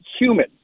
human